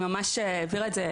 היא ממש העבירה את זה